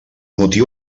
motiu